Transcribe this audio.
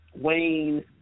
Wayne